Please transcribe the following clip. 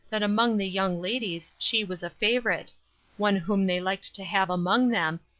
that among the young ladies she was a favorite one whom they liked to have among them,